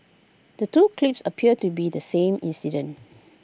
the two clips appear to be the same incident